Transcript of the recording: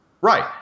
Right